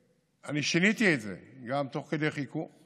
ואני שיניתי את זה, גם תוך כדי חיכוך,